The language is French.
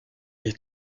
les